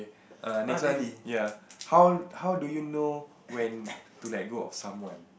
err next one ya how how do you know when to let go of someone